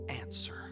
answer